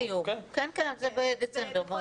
טקסי סיום, כן, זה בדצמבר, ברור.